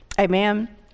Amen